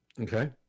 Okay